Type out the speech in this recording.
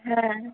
হ্যাঁ